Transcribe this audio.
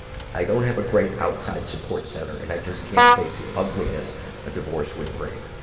i don't have a great outside support center, and i just can't face the ugliness a divorce would bring.